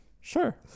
Sure